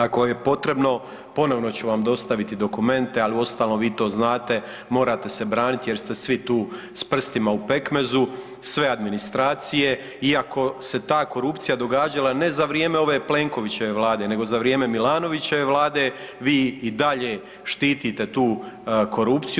Ako je potrebno ponovno ću vam dostaviti dokumente, ali uostalom vi to znate, morate se braniti jer ste svi tu s prstima u pekmezu, sve administracije, iako se ta korupcija događala ne za vrijeme ove Plenkovićeve Vlade, nego za vrijeme Milanovićeve vlade vi i dalje štite tu korupciju.